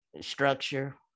structure